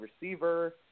receiver –